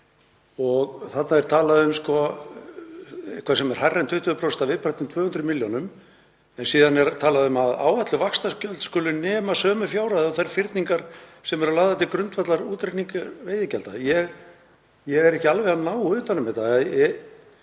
…“ Þarna er talað um eitthvað sem er hærra en 20% að viðbættum 200 milljónum, en síðan er talað um að áætluð vaxtagjöld skuli nema sömu fjárhæð og þær fyrningar sem eru lagðar til grundvallar útreikningi veiðigjalda. Ég næ ekki alveg utan um þetta.